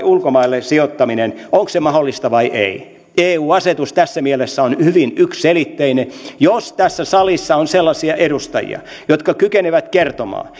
ulkomaille sijoittaminen onko se mahdollista vai ei eu asetus tässä mielessä on hyvin yksiselitteinen jos tässä salissa on sellaisia edustajia jotka kykenevät kertomaan